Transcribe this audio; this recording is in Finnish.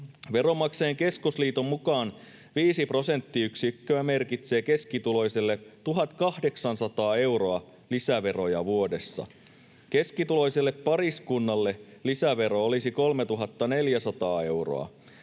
Veronmaksajain Keskusliiton mukaan 5 prosenttiyksikköä merkitsee keskituloiselle 1 800 euroa lisäveroja vuodessa. Keskituloiselle pariskunnalle lisävero olisi 3 400 euroa.